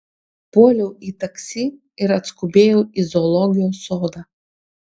puoliau į taksi ir atskubėjau į zoologijos sodą